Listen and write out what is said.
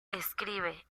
escribe